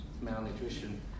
malnutrition